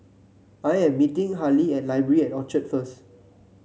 I am meeting Hali at Library at Orchard first